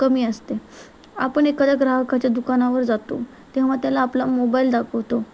कमी असते आपण एखाद्या ग्राहकाच्या दुकानावर जातो तेव्हा त्याला आपला मोबाईल दाखवतो